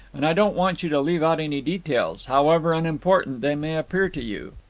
and i don't want you to leave out any details, however unimportant they may appear to you.